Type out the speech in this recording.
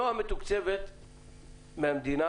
נועה מתוקצבת מהמדינה.